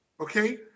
Okay